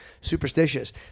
superstitious